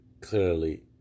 clearly